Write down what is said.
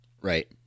right